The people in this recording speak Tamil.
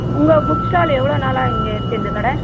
உங்கள் புக் ஸ்டால் எவ்வளோ நாளாக இங்கே இருக்கு இந்த கடை